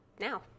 now